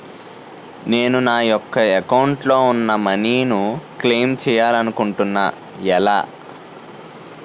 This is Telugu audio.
నేను నా యెక్క అకౌంట్ లో ఉన్న మనీ ను క్లైమ్ చేయాలనుకుంటున్నా ఎలా?